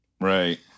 Right